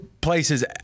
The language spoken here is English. places